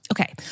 Okay